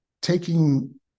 taking